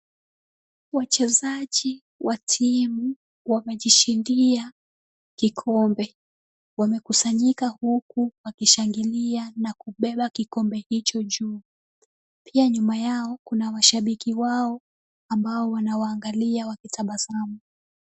Wachezaji wa timu wamejishindia kikombe. Wamekusanyika huku wakishangilia na kubeba kikombe hicho juu. Pia nyuma yao, kuna washabiki wao ambao wanawaangalia wakitabasamu.